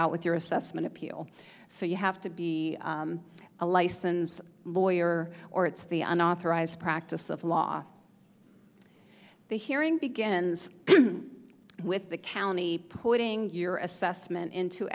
out with your assessment appeal so you have to be a licensed lawyer or it's the unauthorized practice of law the hearing begins with the county putting your assessment into